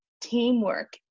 teamwork